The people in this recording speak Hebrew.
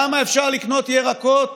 למה אפשר לקנות ירקות